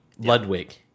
Ludwig